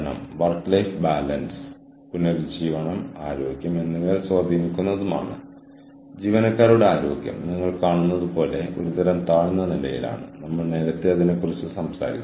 ഇപ്പോൾ നെറ്റ്വർക്ക് ടെൻഷനുകൾ കൈകാര്യം ചെയ്യുന്നതിനായി HRM സമ്പ്രദായങ്ങൾ എങ്ങനെ ഉപയോഗിക്കപ്പെടുന്നു എന്നതിനെ കുറിച്ച് ചർച്ച ചെയ്യുന്ന ചില മോഡലുകളെ കുറിച്ച് നമ്മൾ സംസാരിക്കും